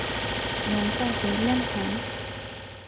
ᱱᱚᱝᱠᱟ ᱦᱩᱭ ᱞᱮᱱᱠᱷᱟᱱ